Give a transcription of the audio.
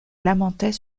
lamentait